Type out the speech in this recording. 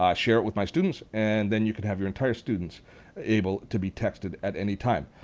um share it with my students, and then you can have your entire students able to be texted at any time.